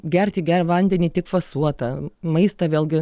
gerti gerą vandenį tik fasuotą maistą vėlgi